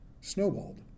snowballed